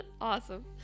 Awesome